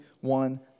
one